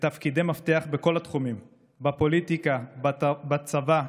בתפקידי מפתח בכל התחומים: בפוליטיקה, בצבא,